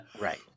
Right